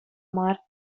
мар